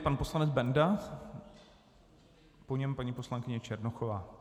Pan poslanec Benda, po něm paní poslankyně Černochová.